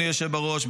אדוני היושב בראש,